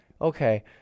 Okay